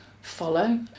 follow